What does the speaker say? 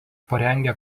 parengė